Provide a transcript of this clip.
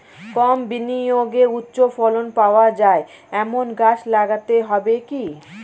কম বিনিয়োগে উচ্চ ফলন পাওয়া যায় এমন গাছ লাগাতে হবে কি?